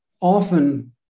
often